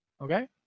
Okay